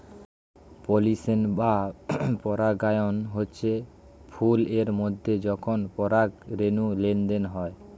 pollination বা পরাগায়ন হচ্ছে ফুল এর মধ্যে যখন পরাগ রেণুর লেনদেন হয়